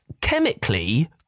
chemically